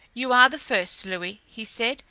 you are the first, louis, he said.